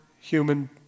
human